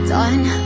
Done